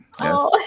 Yes